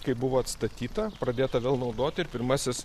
kai buvo atstatyta pradėta vėl naudoti ir pirmasis